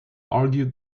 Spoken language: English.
argued